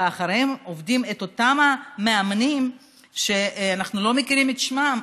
ומאחוריהם עובדים אותם מאמנים שאנחנו לא מכירים את שמם,